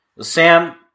Sam